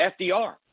FDR